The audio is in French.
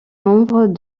membres